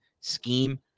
scheme